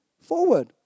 forward